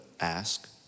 ask